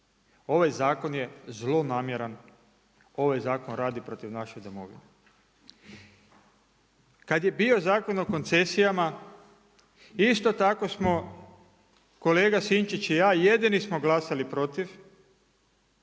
Ovaj zakon je zlonamjeran, ovaj zakon radi protiv naše domovine. Kada je bio Zakon o koncesijama isto tako smo kolega Sinčić i ja jedini smo glasali protiv